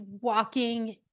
walking